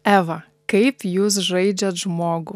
eva kaip jūs žaidžiat žmogų